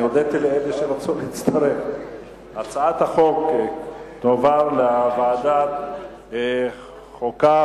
ההצעה תועבר לוועדת החוקה,